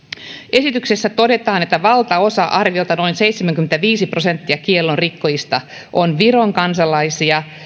esityksessä todetaan että valtaosa arviolta noin seitsemänkymmentäviisi prosenttia kiellon rikkojista on viron kansalaisia